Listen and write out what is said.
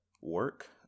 work